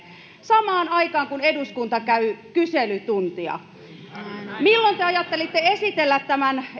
samaan aikaan kun eduskunta käy kyselytuntia milloin te ajattelitte esitellä tämän